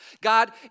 God